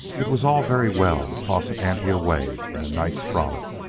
it was all very well to toss an ante away in a night's frolic.